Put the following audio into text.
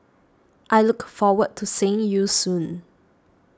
I look forward to seeing you soon